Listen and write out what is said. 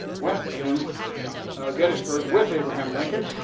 went to gettysburg with abraham lincoln.